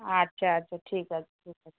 আচ্ছা আচ্ছা ঠিক আছে ঠিক আছে